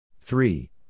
Three